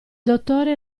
dottore